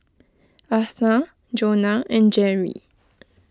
Eartha Jonna and Jerrie